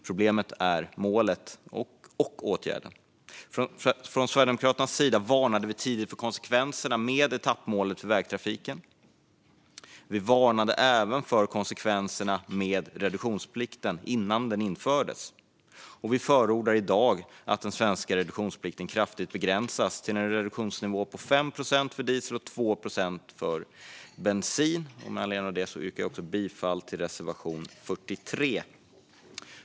Problemet är målet och åtgärden. Från Sverigedemokraternas sida varnade vi tidigt för konsekvenserna av etappmålet för vägtrafiken. Vi varnade även för konsekvenserna av reduktionsplikten innan den infördes. Vi förordar i dag att den svenska reduktionsplikten kraftigt begränsas till en reduktionsnivå på 5 procent för diesel och 2 procent för bensin. Med anledning av det yrkar jag bifall till reservation 43.